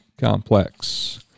Complex